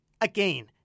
Again